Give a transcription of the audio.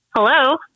hello